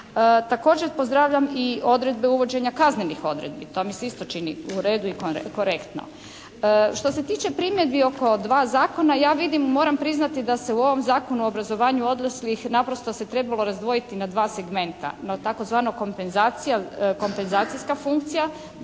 Također pozdravljam i odredbe uvođenja kaznenih odredbi. To mi se isto čini u redu i korektno. Što se tiče primjedbi oko dva zakona ja vidim moram priznati da se u ovom Zakonu o obrazovanju odraslih naprosto se trebao razdvojiti na dva segmenta, na tzv. kompenzacijska funkcija